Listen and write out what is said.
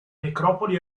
necropoli